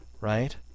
right